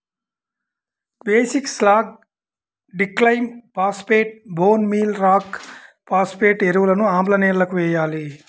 basic slag, డిక్లైమ్ phosphate, bone meal rock phosphate ఎరువులను ఆమ్ల నేలలకు వేయాలి